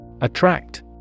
Attract